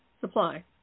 supply